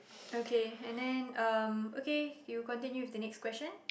okay and then um okay you continue with the next question